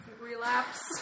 relapse